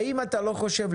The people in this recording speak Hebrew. האם אתה לא חושב,